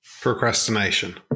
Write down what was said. Procrastination